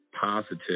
positive